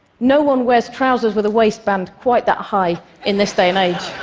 no one wears trousers with a waistband quite that high in this day and age.